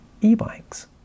e-bikes